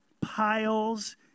piles